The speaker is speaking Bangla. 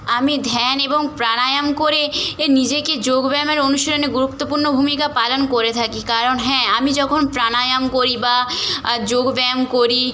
আমি ধ্যান এবং প্রাণায়াম করে এ নিজেকে যোগ ব্যায়ামের অনুশীলনে গুরুত্বপূর্ণ ভূমিকা পালন করে থাকি কারণ হ্যাঁ আমি যখন প্রাণায়াম করি বা আ যোগ ব্যায়াম করি